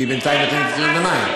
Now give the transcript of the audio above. והיא בינתיים בקריאות ביניים.